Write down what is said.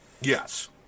Yes